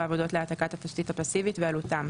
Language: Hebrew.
העבודות להעתקת התשתית הפסיבית ועלותם,